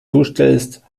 zustellst